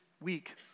week